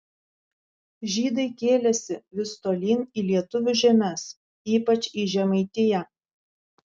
žydai kėlėsi vis tolyn į lietuvių žemes ypač į žemaitiją